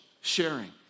sharing